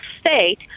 State